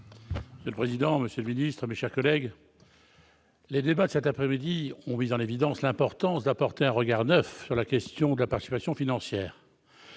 Monsieur le président, monsieur le secrétaire d'État, mes chers collègues, les débats de cet après-midi mettent en évidence l'importance d'apporter un regard neuf sur la question de la participation.